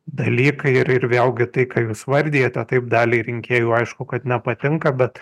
dalykai ir ir vėlgi tai ką jūs vardijate taip daliai rinkėjų aišku kad nepatinka bet